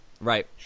Right